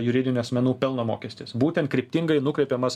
juridinių asmenų pelno mokestis būtent kryptingai nukreipiamas